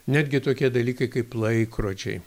netgi tokie dalykai kaip laikrodžiai